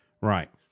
Right